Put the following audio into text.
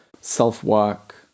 self-work